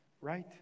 right